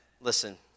listen